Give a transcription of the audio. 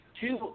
two